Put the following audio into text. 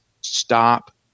stop